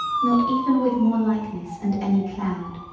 not even with more likeness and any cloud,